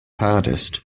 hardest